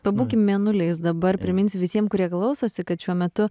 pabūkim mėnuliais dabar priminsiu visiem kurie klausosi kad šiuo metu